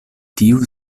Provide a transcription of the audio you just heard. tiu